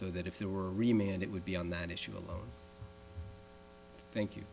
so that if there were remained it would be on that issue alone thank you